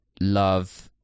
love